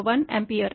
1 ampere